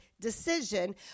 decision